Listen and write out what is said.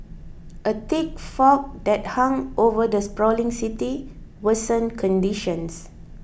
a thick fog that hung over the sprawling city worsened conditions